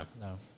No